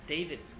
David